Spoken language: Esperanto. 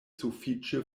sufiĉe